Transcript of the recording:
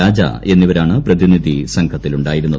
രാജ എന്നിവരാണ് പ്രതിനിധി സംഘത്തിലുണ്ടായിരുന്നത്